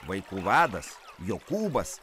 vaikų vadas jokūbas